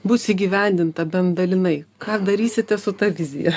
bus įgyvendinta bent dalinai ką darysite su ta vizija